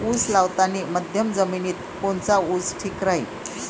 उस लावतानी मध्यम जमिनीत कोनचा ऊस ठीक राहीन?